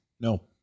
No